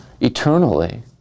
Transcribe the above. eternally